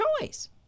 choice